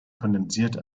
kondensiert